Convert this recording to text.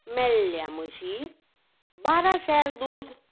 मेल्ल्या म्हशीक बारा शेर दूद